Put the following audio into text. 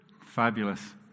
Fabulous